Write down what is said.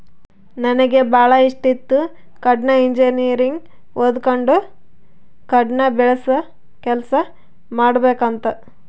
ನನಗೆ ಬಾಳ ಇಷ್ಟಿತ್ತು ಕಾಡ್ನ ಇಂಜಿನಿಯರಿಂಗ್ ಓದಕಂಡು ಕಾಡ್ನ ಬೆಳಸ ಕೆಲ್ಸ ಮಾಡಬಕಂತ